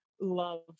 love